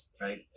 Right